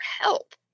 help